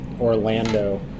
Orlando